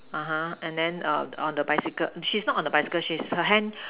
(uh huh) and then err on the bicycle she's not on the bicycle she's her hand